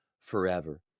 forever